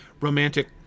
romantic